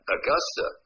Augusta